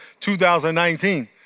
2019